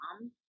mom